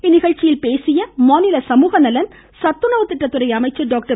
இந்நிகழ்ச்சியில் பேசிய சமூகநலன் சத்துணவுத்திட்டத்துறை அமைச்சர் டாக்டர்